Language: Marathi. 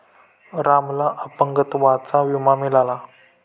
रामला अपंगत्वाचा विमा मिळाला